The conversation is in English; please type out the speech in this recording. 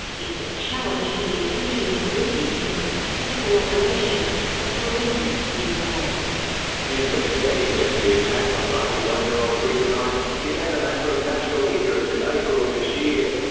it's a challenge to the essential ingredient in the successful operation of forensic dna. the investigation into the attack on ninety one year old rita knight became a matter of national interest in april of this year.